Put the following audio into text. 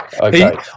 Okay